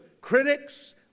critics